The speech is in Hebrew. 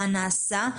מה נעשה?